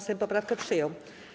Sejm poprawkę przyjął.